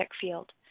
field